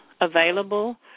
available